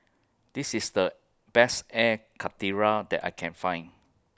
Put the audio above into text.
This IS The Best Air Karthira that I Can Find